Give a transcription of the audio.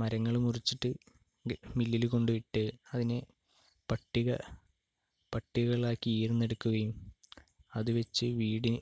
മരങ്ങൾ മുറിച്ചിട്ട് മില്ലിൽ കൊണ്ടുപോയിട്ട് അതിനെ പട്ടിക പട്ടികകൾ ആക്കി ഈർന്നെടുക്കുകയും അതുവെച്ച് വീടിന്